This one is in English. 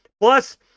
Plus